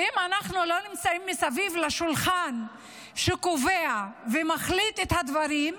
ואם אנחנו לא נמצאים מסביב לשולחן שקובע ומחליט את הדברים,